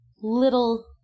little